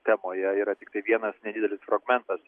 temoje yra tiktai vienas nedidelis fragmentas